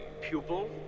pupil